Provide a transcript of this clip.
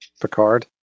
Picard